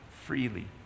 freely